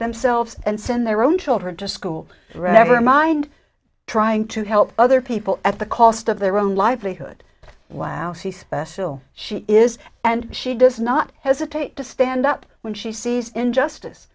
themselves and send their own children to school every mind trying to help other people at the cost of their own livelihood wow she is and she does not hesitate to stand up when she sees injustice